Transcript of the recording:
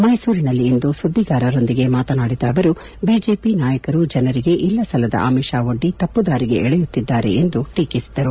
ಮೈಸೂರಿನಲ್ಲಿಂದು ಸುದ್ದಿಗಾರರೊಂದಿಗೆ ಮಾತನಾಡಿದ ಅವರು ಬಿಜೆಪಿ ನಾಯಕರು ಜನರಿಗೆ ಇಲ್ಲ ಸಲ್ಲದ ಆಮಿಶ ಒಡ್ಡಿ ತಪ್ಪುದಾರಿಗೆ ಎಳೆಯುತ್ತಿದ್ದಾರೆ ಎಂದು ಟೀಕಿಸಿದರು